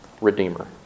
Redeemer